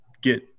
get –